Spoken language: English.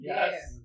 Yes